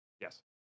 Yes